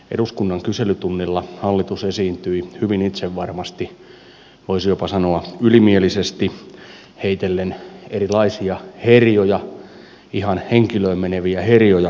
eduskunnan kyselytunnilla hallitus esiintyi hyvin itsevarmasti voisi jopa sanoa ylimielisesti heitellen erilaisia herjoja ihan henkilöön meneviä herjoja edustajille